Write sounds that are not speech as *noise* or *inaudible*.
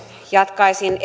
jatkaisin *unintelligible*